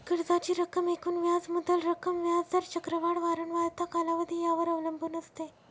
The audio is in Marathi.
कर्जाची रक्कम एकूण व्याज मुद्दल रक्कम, व्याज दर, चक्रवाढ वारंवारता, कालावधी यावर अवलंबून असते